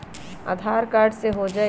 आधार card से हो जाइ?